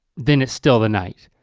then it's still the night.